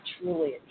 truly